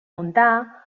muntar